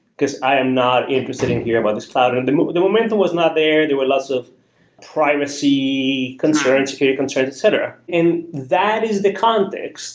because i am not interested in hearing about this cloud. and and the momentum was not there. there were lots of privacy concerns, security concerns, etc. that is the context